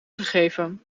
gegeven